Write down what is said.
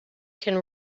can